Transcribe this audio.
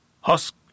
husk